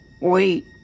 Wait